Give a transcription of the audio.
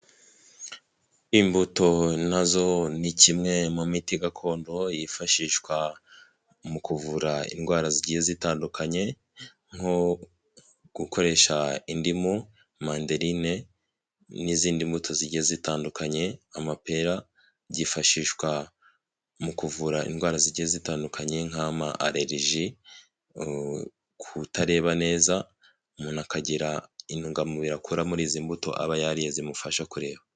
Imbuto na zo ni kimwe mu miti gakondo yifashishwa mu kuvura indwara zigiye zitandukanye, nko gukoresha indimu, manderine, n'izindi mbuto zigiye zitandukanye, amapera byifashishwa mu kuvura indwara zigiye zitandukanye nk'amareriji, kutareba neza, umuntu akagira intungamubiri akura muri izi mbuto aba yariye zimufasha kureba.